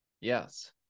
yes